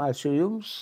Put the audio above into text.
ačiū jums